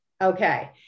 Okay